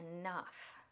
enough